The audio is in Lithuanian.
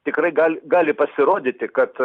tikrai gal gali pasirodyti kad